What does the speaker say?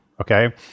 Okay